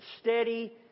steady